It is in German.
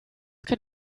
kann